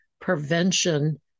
prevention